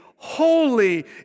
Holy